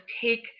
take